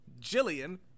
Jillian